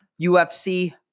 UFC